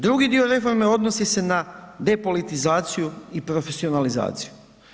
Drugi dio reforme odnosi se na depolitizaciju i profesionalizaciju.